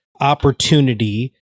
opportunity